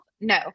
No